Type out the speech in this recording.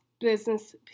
business